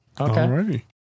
okay